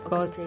God